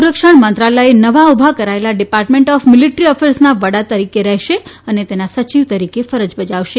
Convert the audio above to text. સંરક્ષણમંત્રાલયે નવા ઉભા કરાયેલા ડીપાર્ટમેન્ટ ઓફ મિલીટ્રી એફેર્સના વડા તરીકે રહેશે અને તેના સચિવ તરીકે ફરજ બજાવશે